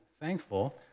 thankful